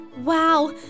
Wow